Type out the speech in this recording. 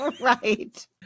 right